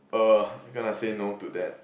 uh gonna say no to that